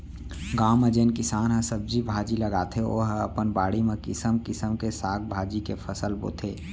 गाँव म जेन किसान ह सब्जी भाजी लगाथे ओ ह अपन बाड़ी म किसम किसम के साग भाजी के फसल बोथे